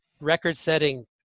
record-setting